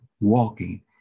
walking